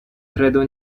credo